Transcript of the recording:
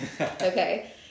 Okay